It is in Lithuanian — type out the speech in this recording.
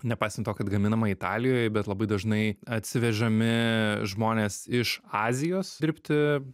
nepaisant to kad gaminama italijoj bet labai dažnai atsivežami žmonės iš azijos dirbti